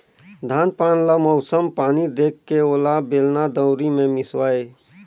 धान पान ल मउसम पानी देखके ओला बेलना, दउंरी मे मिसवाए